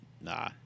nah